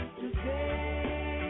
today